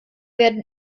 werden